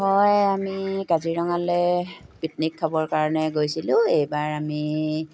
হয় আমি কাজিৰঙালৈ পিকনিক খাবৰ কাৰণে গৈছিলোঁ এইবাৰ আমি